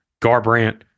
Garbrandt